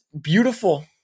beautiful